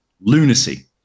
lunacy